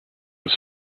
was